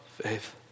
faith